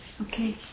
okay